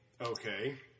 Okay